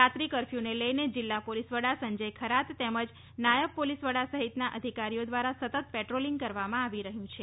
રાત્રિ કર્ફર્યુને લઇને જિલ્લા પોલિસ વડા સંજય ખરાત તેમજ નાયબ પોલિસ વડા સહિતના અધિકારીઓ દ્વારા સતત પેટ્રોલિંગ કરવામાં આવી રહ્યું છે